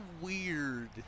weird